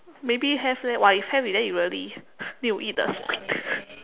maybe have leh !wah! if have then you really need to eat the squid